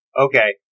okay